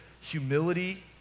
humility